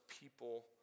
people